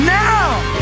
now